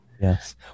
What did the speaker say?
Yes